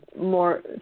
more